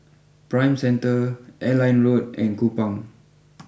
Prime Centre Airline Road and Kupang